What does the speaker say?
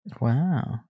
Wow